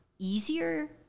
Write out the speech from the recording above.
Easier